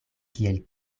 kiel